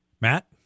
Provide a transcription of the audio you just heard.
Matt